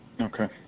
Okay